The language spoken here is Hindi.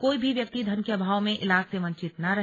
कोई भी व्यक्ति धन के अभाव में ईलाज से वंचित न रहे